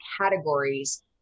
categories